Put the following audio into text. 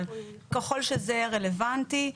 אבל ככל שזה יהיה רלוונטי,